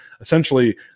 essentially